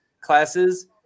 classes